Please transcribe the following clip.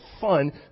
fun